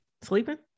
Sleeping